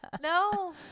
no